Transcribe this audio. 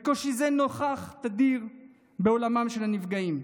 וקושי זה נוכח תדיר בעולמם של הנפגעים.